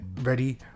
ready